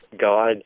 God